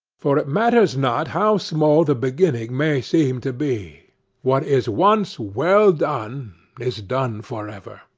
for it matters not how small the beginning may seem to be what is once well done is done forever.